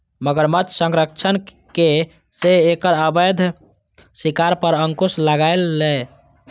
मगरमच्छ संरक्षणक सं एकर अवैध शिकार पर अंकुश लागलैए